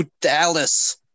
Dallas